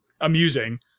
amusing